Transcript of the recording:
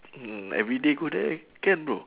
mm everyday go there can bro